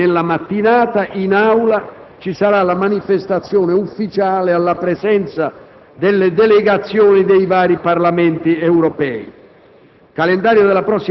marzo, nella mattinata, si terrà in Aula la manifestazione ufficiale, alla presenza delle delegazioni dei vari Parlamenti europei.